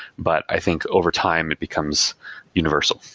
but i think over time it becomes universal.